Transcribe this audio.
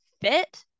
fit